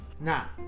Now